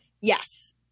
Yes